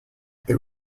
there